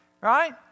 Right